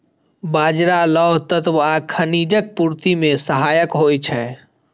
बाजरा लौह तत्व आ खनिजक पूर्ति मे सहायक होइ छै